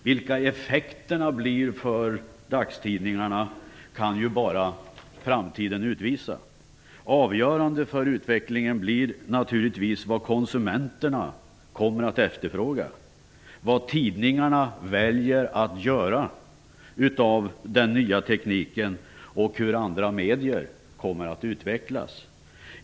Vilka effekterna blir för dagstidningarna kan bara framtiden utvisa. Avgörande för utvecklingen blir naturligtvis vad konsumenterna kommer att efterfråga, vad tidningarna väljer att göra av den nya tekniken och hur andra medier kommer att utvecklas.